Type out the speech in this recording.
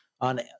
on